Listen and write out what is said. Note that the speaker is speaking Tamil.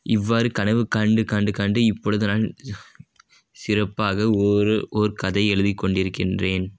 இவ்வாறு கனவு கண்டு கண்டு கண்டு இப்பொழுது நான் சிறப்பாக ஒரு ஓர் கதை எழுதிக் கொண்டிருக்கின்றேன்